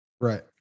Right